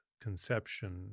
conception